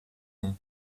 nom